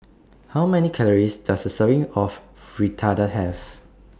How Many Calories Does A Serving of Fritada Have